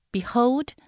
Behold